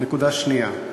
נקודה שנייה,